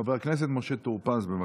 חבר הכנסת משה טור פז, בבקשה.